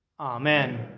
Amen